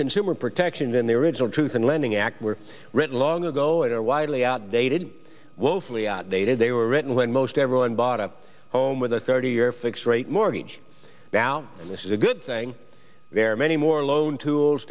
consumer protections in the original truth and lending act were written long ago and are widely outdated woefully outdated they were written when most everyone bought a home with a thirty year fixed rate mortgage about this is a good thing there are many more loan tools